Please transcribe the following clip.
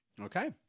Okay